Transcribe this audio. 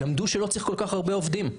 למדו שלא צריך כל כך הרבה עובדים.